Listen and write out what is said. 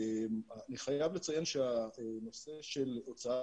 אני חייב לציין שהנושא של הוצאת